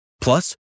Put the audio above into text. Plus